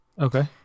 okay